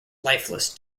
lifeless